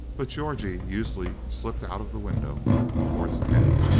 but georgie usually slipped out of the window toward ten,